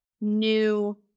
new